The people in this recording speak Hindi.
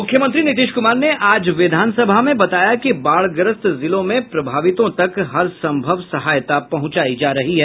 मुख्यमंत्री नीतीश कुमार ने आज विधानसभा में बताया कि बाढ़ग्रस्त जिलों में प्रभावितों तक हरसंभव सहायता पहुंचायी जा रही है